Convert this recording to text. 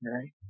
Right